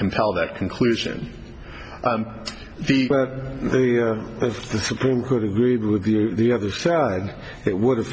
compel that conclusion if the supreme court agreed with the other side it would